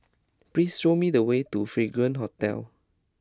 please show me the way to Fragrance Hotel